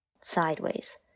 sideways